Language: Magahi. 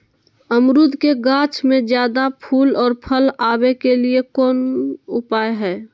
अमरूद के गाछ में ज्यादा फुल और फल आबे के लिए कौन उपाय है?